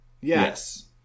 Yes